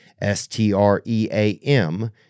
S-T-R-E-A-M